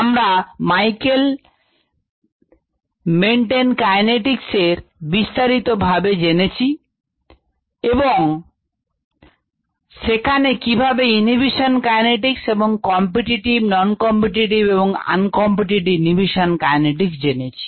আমরা Michaelis Menten kinetic এর বিস্তারিত ভাবে জেনেছি এবং সেখানে কিভাবে ইনহিবিশন কাইনেটিক এবং কম্পিটিটিভ non competitive এবং uncompetitive ইনহিবিশন কাইনেটিক জেনেছি